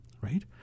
right